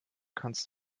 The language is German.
kannst